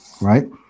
right